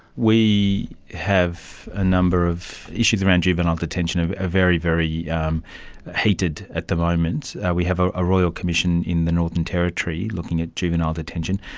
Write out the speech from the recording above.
we have a number of issues around juvenile detention, very, very um heated at the moment. we have a a royal commission in the northern territory looking at juvenile detention.